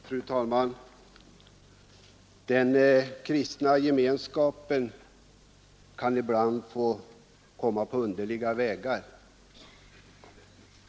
Fru talman! Den kristna gemenskapen kan ibland ta sig underliga uttryck.